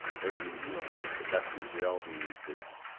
everything, you know, perception, reality in these cases.